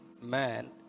man